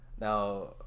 now